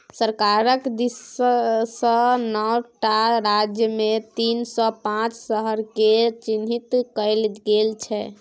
सरकारक दिससँ नौ टा राज्यमे तीन सौ पांच शहरकेँ चिह्नित कएल गेल छै